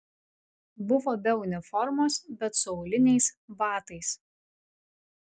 buvo be uniformos bet su auliniais batais